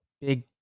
big